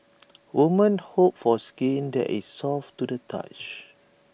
women hope for skin that is soft to the touch